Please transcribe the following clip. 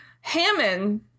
Hammond